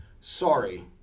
sorry